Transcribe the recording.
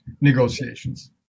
negotiations